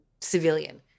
civilian